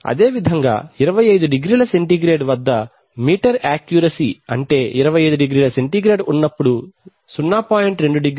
అదేవిధంగా 25 డిగ్రీల సెంటీగ్రేడ్ వద్ద మీటర్ యాక్యూరసీ అంటే 25 డిగ్రీల సెంటీగ్రేడ్ ఉన్నప్పుడు 0